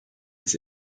his